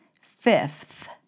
Fifth